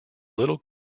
little